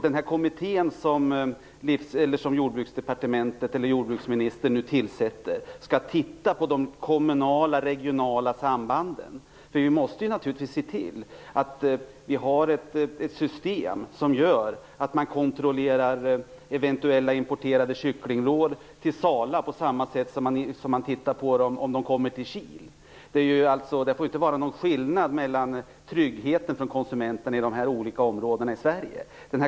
Den kommitté som jordbruksministern nu tillsätter skall titta närmare på de kommunala och regionala sambanden. Vi måste naturligtvis se till att vi har ett system som gör att man kontrollerar kycklinglår som importerats till Sala på samma sätt som om de hade kommit till Kil. Det får ju inte vara någon skillnad i tryggheten för konsumenterna i olika områden i Sverige.